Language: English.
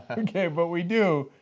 okay, but we do,